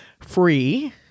free